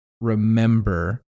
remember